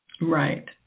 Right